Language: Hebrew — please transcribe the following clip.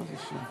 מה זה שם?